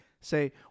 say